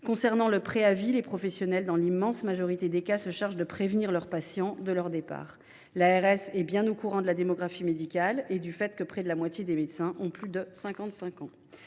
Concernant le préavis, dans l’immense majorité des cas, les professionnels se chargent de prévenir leurs patients de leur départ. L’ARS est bien au courant de la démographie médicale et du fait que près de la moitié des médecins ont plus de 55 ans.